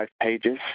pages